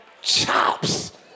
chops